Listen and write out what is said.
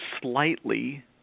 slightly